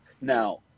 Now